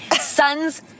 son's